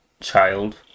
child